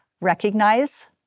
recognize